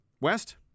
West